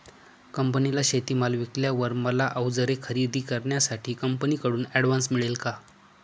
कंपनीला शेतीमाल विकल्यावर मला औजारे खरेदी करण्यासाठी कंपनीकडून ऍडव्हान्स मिळेल का?